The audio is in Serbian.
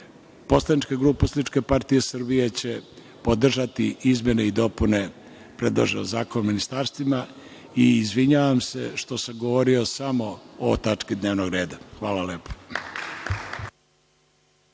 poslanička partija Srbije će podržati izmene i dopune predloženog Zakona o ministarstvima i izvinjavam se što sam govorio samo o tački dnevnog reda. Hvala.